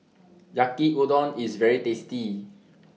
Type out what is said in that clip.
Yaki Udon IS very tasty